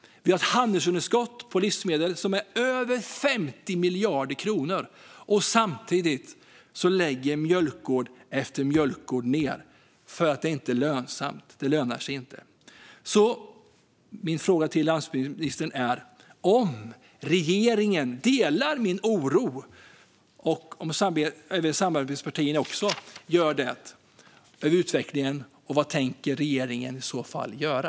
Handelsunderskottet för livsmedel är över 50 miljarder kronor. Samtidigt lägger mjölkgård efter mjölkgård ned för att det inte är lönsamt. Mina frågor till landsbygdsministern är: Delar regeringen och dess samarbetspartier min oro över utvecklingen? Vad tänker regeringen i så fall göra?